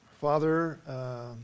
Father